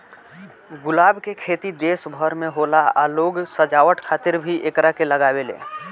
गुलाब के खेती देश भर में होला आ लोग सजावट खातिर भी एकरा के लागावेले